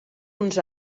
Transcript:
uns